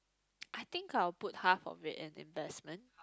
I think I'll put half of it in investment